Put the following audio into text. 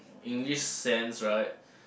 in this sense right